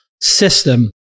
system